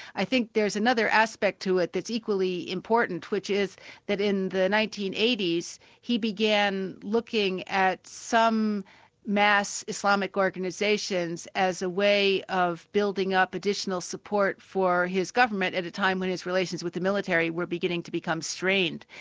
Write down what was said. i think there's another aspect to it that's equally important which is that in the nineteen eighty s he began looking at some mass islamic organisations as a way of building up additional support for his government, at a time when his relations with the military were beginning to become strained.